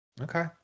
Okay